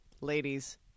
Ladies